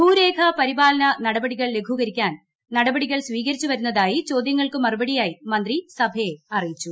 ഭൂരേഖ പരിപാലന ന്റെട്ടപ്ടികൾ ലഘൂകരിക്കാൻ നടപടികൾ സ്വീകരിച്ചു വരുന്നതായി ്ചോദ്യങ്ങൾക്കു മറുപടിയായി മന്ത്രി സഭയെ അറിയിച്ചു